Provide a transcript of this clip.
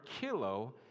kilo